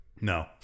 No